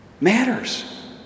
Matters